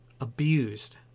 abused